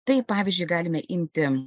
tai pavyzdžiui galime imti